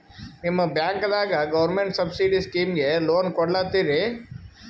ನಿಮ ಬ್ಯಾಂಕದಾಗ government subsidy ಸ್ಕೀಮಿಗಿ ಲೊನ ಕೊಡ್ಲತ್ತೀರಿ?